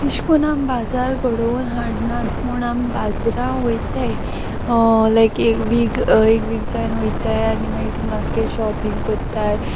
तेश कोन्न आम बाजार घडोवन हाडनात पूण आम बाजरां वोयताय लायक एक वीक एक वीक जायन ओयताय आनी मागी तींग आख्खें शॉपिंग कोत्ताय